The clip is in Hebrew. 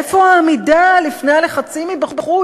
איפה העמידה בפני הלחצים מבחוץ?